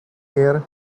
care